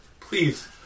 Please